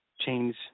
change